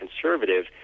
conservative